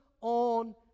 on